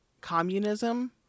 communism